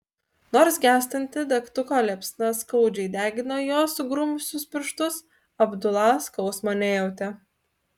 nors gęstanti degtuko liepsna skaudžiai degino jo sugrubusius pirštus abdula skausmo nejautė